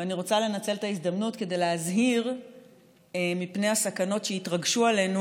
ואני רוצה לנצל את ההזדמנות כדי להזהיר מפני הסכנות שיתרגשו עלינו,